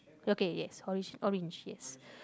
okay yes holy shit orange yes